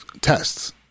tests